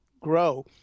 grow